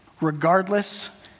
Regardless